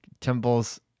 Temples